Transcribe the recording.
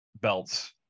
belts